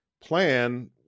plan